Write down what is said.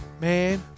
man